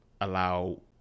allow